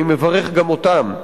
אני מברך גם אותם.